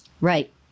Right